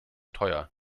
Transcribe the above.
teuer